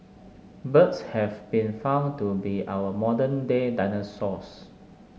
birds have been found to be our modern day dinosaurs